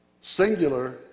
singular